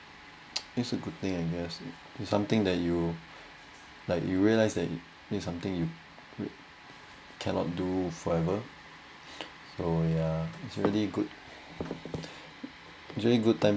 it's a good thing I guess it's something that you like you realise that it's something you cannot do forever so yeah it's really good it's really good time